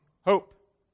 Hope